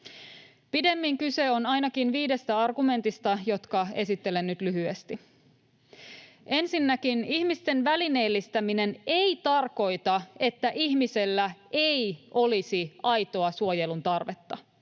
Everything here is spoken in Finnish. Pidemmin kyse on ainakin viidestä argumentista, jotka esittelen nyt lyhyesti: Ensinnäkin ihmisten välineellistäminen ei tarkoita, että ihmisellä ei olisi aitoa suojelun tarvetta.